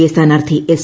A സ്ഥാനാർത്ഥി S